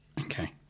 Okay